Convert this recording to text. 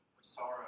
sorrow